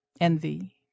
envy